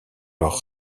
leur